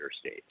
stage